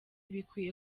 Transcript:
bikwiye